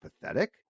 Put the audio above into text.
pathetic